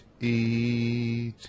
eat